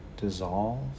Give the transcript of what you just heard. dissolve